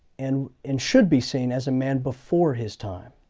and and should be seen as a man before his time.